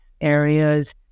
areas